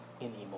anymore